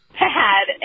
bad